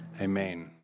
Amen